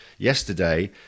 Yesterday